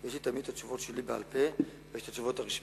יש לי תמיד את התשובות שלי בעל-פה ויש את התשובות הרשמיות.